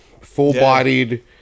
full-bodied